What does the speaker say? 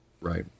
Right